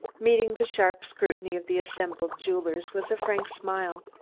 meeting the sharp scrutiny of the assembled jewelers with a frank smile.